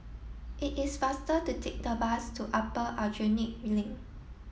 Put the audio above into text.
it is faster to take the bus to Upper Aljunied Link